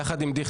יחד עם דיכטר.